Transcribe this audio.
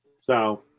So-